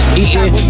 eating